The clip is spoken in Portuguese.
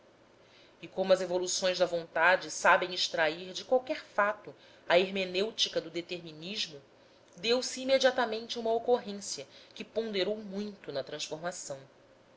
e como as evoluções da vontade sabem extrair de qualquer fato a hermenêutica do determinismo deu-se imediatamente uma ocorrência que ponderou muito na transformação